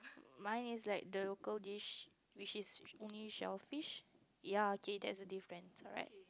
mine is like the local dish which is only shellfish ya K that's the difference alright